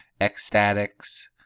ecstatics